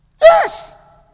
Yes